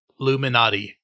Luminati